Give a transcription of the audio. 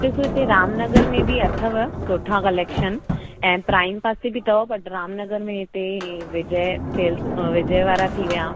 ॾिस हिते रामनगर में बि अथव सुठा कलेक्शन ऐं प्राइम पासे बि अथव बट रामनगर में हिते विजय सेल्स विजय वारा थी विया